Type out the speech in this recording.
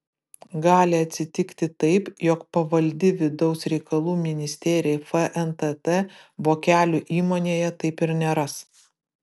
gali atsitikti taip jog pavaldi vidaus reikalų ministerijai fntt vokelių įmonėje taip ir neras